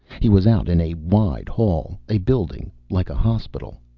he was out in a wide hall. a building, like a hospital.